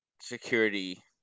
security